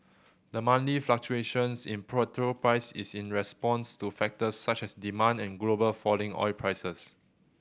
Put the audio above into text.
the monthly fluctuations in petrol price is in response to factors such as demand and global falling oil prices